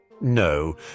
No